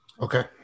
okay